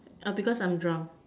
err because I'm drunk